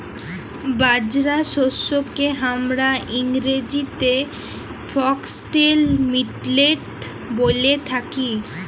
বাজরা শস্যকে হামরা ইংরেজিতে ফক্সটেল মিলেট ব্যলে থাকি